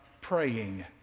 praying